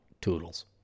toodles